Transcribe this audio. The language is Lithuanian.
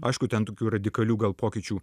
aišku ten tokių radikalių gal pokyčių